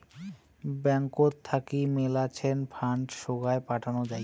ব্যাঙ্কত থাকি মেলাছেন ফান্ড সোগায় পাঠানো যাই